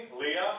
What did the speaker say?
Leah